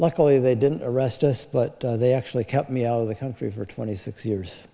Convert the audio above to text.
luckily they didn't arrest us but they actually kept me out of the country for twenty six years